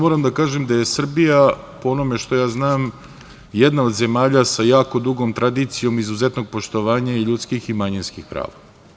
Moram da kažem da je Srbija, po onome što ja znam, jedna od zemalja sa jako dugom tradicijom izuzetnog poštovanja i ljudskih i manjinskih prava.